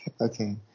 Okay